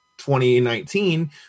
2019